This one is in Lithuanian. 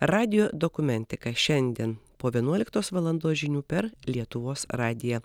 radijo dokumentika šiandien po vienuoliktos valandos žinių per lietuvos radiją